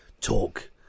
talk